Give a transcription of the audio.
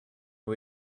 who